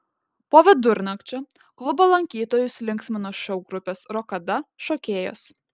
po vidurnakčio klubo lankytojus linksmino šou grupės rokada šokėjos